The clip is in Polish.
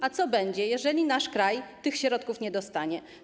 A co będzie, jeżeli nasz kraj tych środków nie dostanie?